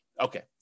Okay